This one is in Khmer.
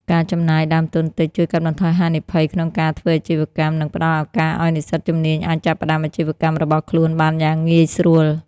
ការចំណាយដើមទុនតិចជួយកាត់បន្ថយហានិភ័យក្នុងការធ្វើអាជីវកម្ម និងផ្តល់ឱកាសឱ្យនិស្សិតជំនាញអាចចាប់ផ្តើមអាជីវកម្មរបស់ខ្លួនបានយ៉ាងងាយស្រួល។